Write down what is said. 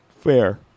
fair